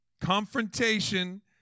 Confrontation